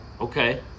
Okay